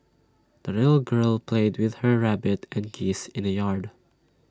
the little girl played with her rabbit and geese in the yard